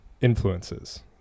influences